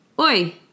Oi